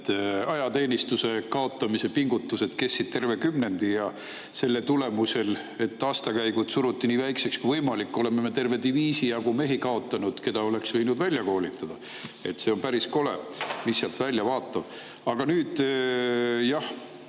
ajateenistuse kaotamise pingutused kestsid terve kümnendi. Selle tulemusel, et aastakäigud suruti nii väikeseks kui võimalik, oleme kaotanud terve diviisi jagu mehi, keda oleks võinud välja koolitada. See on päris kole, mis sealt vastu vaatab. Aga nüüd taheti